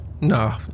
no